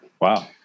Wow